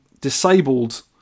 disabled